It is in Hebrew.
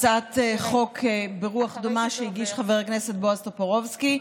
הצעת חוק ברוח דומה שהגיש חבר הכנסת בועז טופורובסקי.